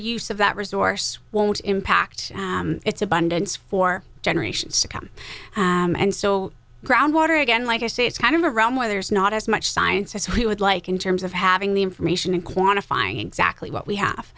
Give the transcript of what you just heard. use of that resource won't impact its abundance for generations to come and so groundwater again like i say it's kind of a realm where there's not as much science as we would like in terms of having the information and quantifying exactly what we have